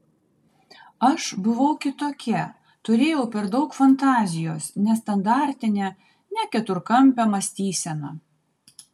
aš buvau kitokia turėjau per daug fantazijos nestandartinę ne keturkampę mąstyseną